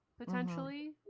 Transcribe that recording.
Potentially